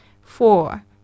Four